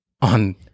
on